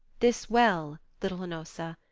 this well, little hnossa,